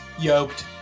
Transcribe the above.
yoked